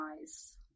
eyes